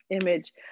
image